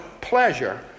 pleasure